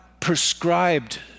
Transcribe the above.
prescribed